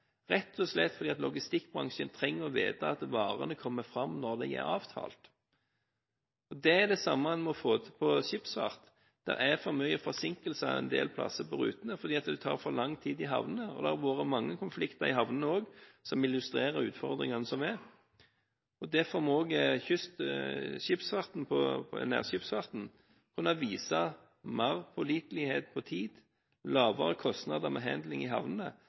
rett og slett fordi logistikkbransjen trenger å vite at varene kommer fram når det er avtalt. Det er det samme en må få til på skipsfart: Det er for mye forsinkelser en del steder på rutene fordi det tar for lang tid i havnene, og det har også vært mange konflikter i havnene som illustrerer utfordringene som finnes. Derfor må også nærskipsfarten kunne vise mer pålitelighet på tid og lavere kostnader med «handling» i havnene